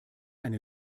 eine